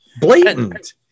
blatant